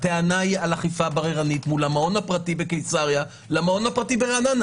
הטענה היא על אכיפה בררנית מול המעון הפרטי בקיסריה למעון הפרטי ברעננה.